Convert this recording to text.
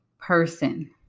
person